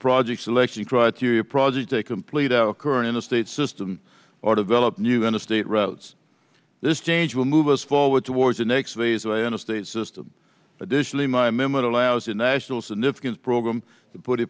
project selection criteria project a complete our current interstate system or develop new interstate routes this change will move us forward towards the next phase away in a state system additionally my memory allows a national significance program to put a